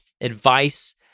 advice